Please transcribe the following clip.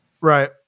Right